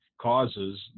causes